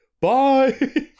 Bye